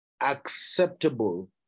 acceptable